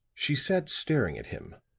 she sat staring at him,